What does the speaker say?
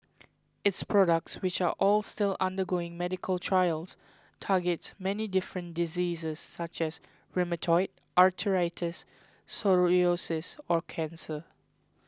its products which are all still undergoing medical trials target many different diseases such as rheumatoid arthritis psoriasis or cancer